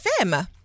FM